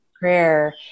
prayer